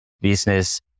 Business